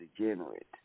degenerate